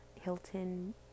Hilton